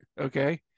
okay